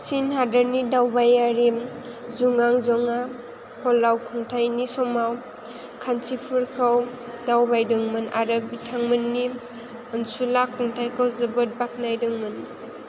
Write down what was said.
चीन हादोरनि दावबायारि जुङानजंगा पल्लव खुंथाइनि समाव कान्चीपुरखौ दावबायदोंमोन आरो बिथांमोननि अनसुला खुंथाइखौ जोबोद बाख्नायदोंमोन